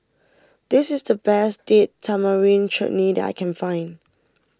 this is the best Date Tamarind Chutney that I can find